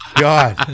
god